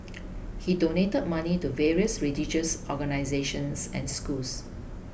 he donate money to various religious organisations and schools